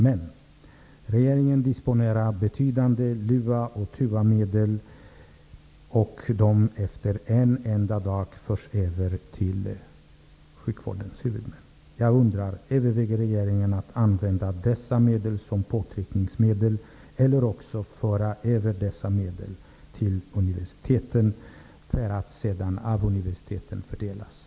Men regeringen disponerar betydande LUA ochTUA-medel som efter en enda dag kan föras över till sjukvårdens huvudmän. Jag undrar: Överväger regeringen att använda dessa medel som påtryckningsmedel eller att överföra dem till universiteten för att sedan fördelas av universiteten?